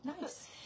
nice